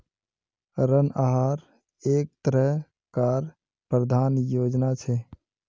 ऋण आहार एक तरह कार प्रबंधन योजना छे